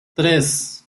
tres